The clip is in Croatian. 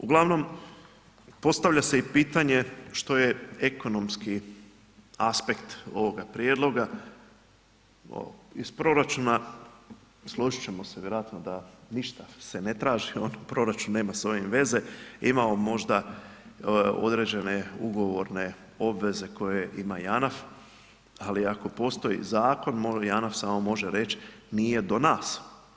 Uglavnom postavlja se i pitanje što je ekonomski aspekt ovog prijedloga iz proračuna, složiti ćemo se vjerojatno da ništa se ne traži, proračun nema s ovim veze, imamo možda određene ugovorne obveze koje ima JANAF, ali ako postoji zakon MOL i JANAF samo može reći nije do nas.